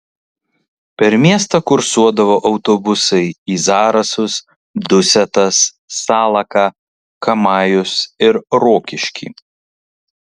per miestą kursuodavo autobusai į zarasus dusetas salaką kamajus ir rokiškį